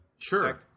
Sure